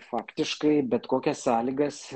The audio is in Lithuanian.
faktiškai bet kokias sąlygas